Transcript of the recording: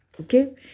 okay